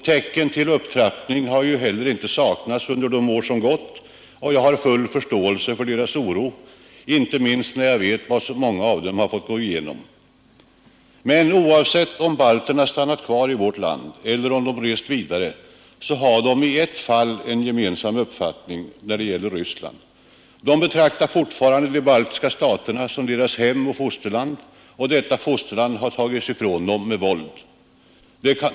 Tecken till upptrappning har inte heller saknats under de år som gått, och jag har full förståelse för deras oro — inte minst när jag vet vad många av dem har fått gå igenom. Men oavsett om balterna stannat kvar i vårt land eller om de rest vidare, har de i ett fall en gemensam uppfattning, när det gäller Ryssland. De betraktar fortfarande de baltiska staterna som deras hem och fosterland och anser att detta fosterland har tagits ifrån dem med våld.